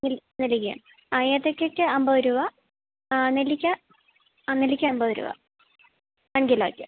നെല്ലി നെല്ലിക്ക ആ ഏത്തക്കയ്ക്ക് അൻപതു രൂപ നെല്ലിക്ക ആ നെല്ലിക്ക അൻപതു രൂപ അഞ്ച് കിലോയ്ക്ക്